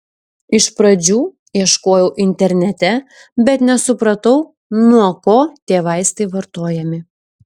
iš pradžių ieškojau internete bet nesupratau nuo ko tie vaistai vartojami